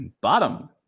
bottom